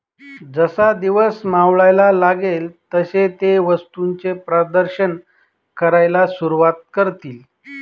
जसा दिवस मावळायला लागेल तसे ते वस्तूंचे प्रदर्शन करायला सुरुवात करतील